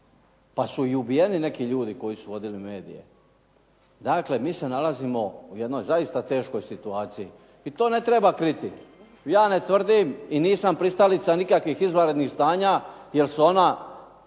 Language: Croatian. pa su i ubijeni neki ljudi koji su vodili medije. Dakle, mi se nalazimo u jednoj zaista teškoj situaciji i to ne treba kriti. Ja ne tvrdim i ni sam pristalica nikakvih izvanrednih stanja jer su ona